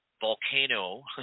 volcano